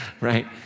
right